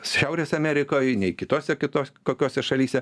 šiaurės amerikoje nei kitose kitos kokiose šalyse